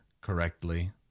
correctly